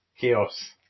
Chaos